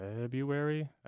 February